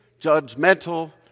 judgmental